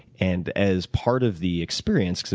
and as part of the experience,